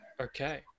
Okay